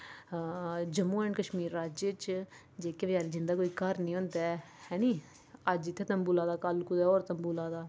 अ Jammu and Kashmir राज्य च जेह्के बी जिंदा' कोई घर नेईं होंदा ऐ हैनी अज्ज इत्थै तम्बू लाएदा कल कुतै होर तम्बू लाए दा